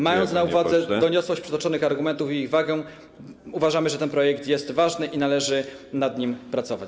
Mając na uwadze doniosłość przytoczonych argumentów i ich wagę, uważamy, że ten projekt jest ważny i należy nad nim pracować.